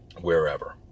wherever